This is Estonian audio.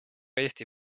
eesti